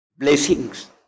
Blessings